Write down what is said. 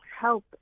help